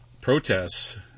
protests